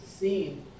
seen